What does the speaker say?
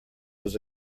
was